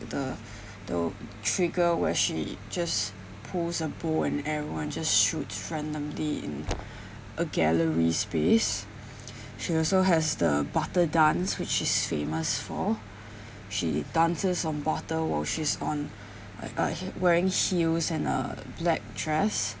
the the trigger where she just pulls a bow and everyone just shoots randomly in a gallery space she also has the butter dance which she's famous for she dances on butter while she's on uh uh wearing heels and a black dress